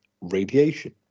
radiation